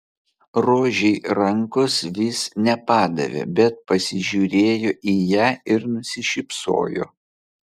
rožei rankos jis nepadavė bet pasižiūrėjo į ją ir nusišypsojo